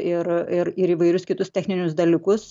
ir ir ir įvairius kitus techninius dalykus